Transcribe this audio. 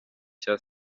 cya